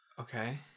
okay